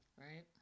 Right